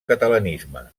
catalanisme